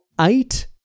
eight